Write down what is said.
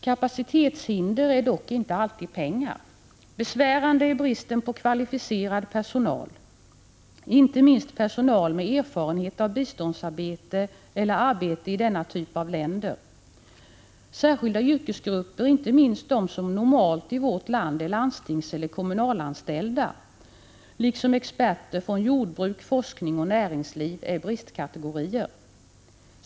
Kapacitetshinder är dock inte alltid pengar. Besvärande är bristen på kvalificerad personal, inte minst personal med erfarenhet av biståndsarbete eller arbete i denna typ av länder. Särskilda yrkesgrupper, inte minst de som normalt i vårt land är landstingseller kommunanställda, liksom experter på jordbruk, forskning och näringsliv är bristkategorier.